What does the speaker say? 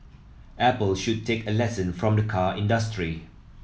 Apple should take a lesson from the car industry